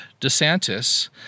DeSantis